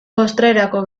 postrerako